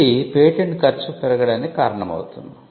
ఇది పేటెంట్ ఖర్చు పెరగడానికి కారణమౌతుంది